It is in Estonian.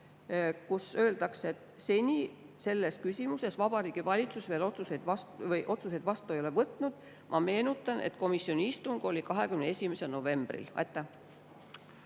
kus öeldakse, et seni ei ole selles küsimuses Vabariigi Valitsus veel otsuseid vastu võtnud. Ma meenutan, et komisjoni istung oli 21. novembril. Arvo